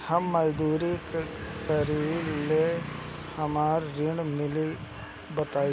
हम मजदूरी करीले हमरा ऋण मिली बताई?